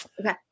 Okay